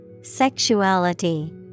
Sexuality